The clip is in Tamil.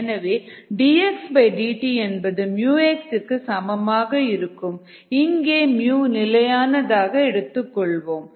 எனவே dxdt என்பது xக்கு சமமாக இருக்கும் இங்கே நிலையாகஎடுத்துக்கொள்வோம்